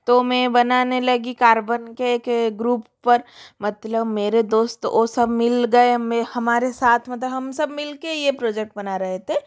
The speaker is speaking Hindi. तो मैं बनाने लगी कार्बन के एक ग्रुप पर मतलब मेरे दोस्त वह सब मिल गए हमारे साथ मतलब हम सब मिलकर यह प्रोजेक्ट बना रहे थे